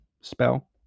spell